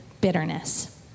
bitterness